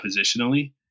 positionally